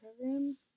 program